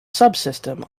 subsystem